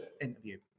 interview